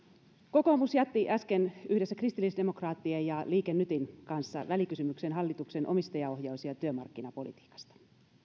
kokoomus jätti äsken yhdessä kristillisdemokraattien ja liike nytin kanssa välikysymyksen hallituksen omistajaohjaus ja työmarkkinapolitiikasta